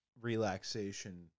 relaxation